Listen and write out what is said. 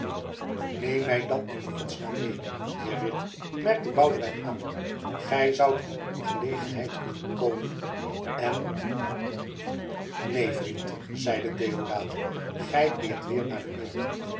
neem mij dan in gods naam mede heer ridder merkte boudewijn aan gij zoudt in ongelegenheid kunnen komen en neen vriend zeide deodaat gij keert weer naar beneden